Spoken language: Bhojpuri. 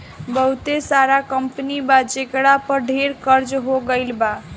बहुते सारा कंपनी बा जेकरा पर ढेर कर्ज हो गइल बा